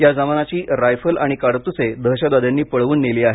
या जवानाची रायफल आणि काडतुसे दहशतावाद्यांनी पळवून नेली आहे